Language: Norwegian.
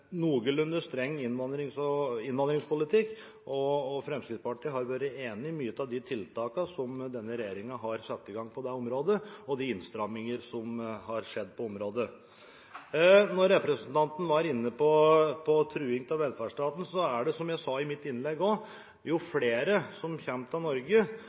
noenlunde streng innvandringspolitikk, og Fremskrittspartiet har vært enig i mange av de tiltakene denne regjeringen har satt i gang, og de innstramminger som har skjedd på dette området. Representanten var inne på at velferdsstaten er truet. Jeg sa i mitt innlegg at jo flere som kommer til Norge,